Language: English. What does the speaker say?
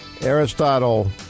Aristotle